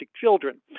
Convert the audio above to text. children